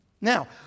Now